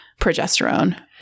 progesterone